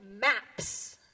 Maps